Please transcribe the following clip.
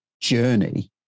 journey